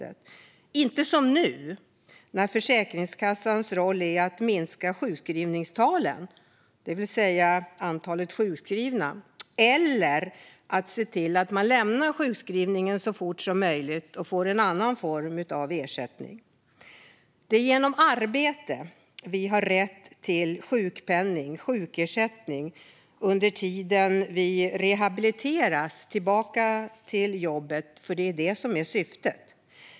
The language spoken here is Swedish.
Det ska inte vara som nu när Försäkringskassans roll är att minska sjukskrivningstalen, det vill säga antalet sjukskrivna, eller att se till att människor lämnar sjukskrivningen så fort som möjligt och får en annan form av ersättning. Det är genom arbete vi har rätt till sjukpenning och sjukersättning under tiden vi rehabiliteras tillbaka till jobbet, för det är syftet.